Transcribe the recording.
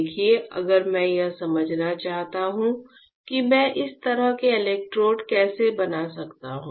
देखिए अगर मैं यह समझना चाहता हूं कि मैं इस तरह के इलेक्ट्रोड कैसे बना सकता हूं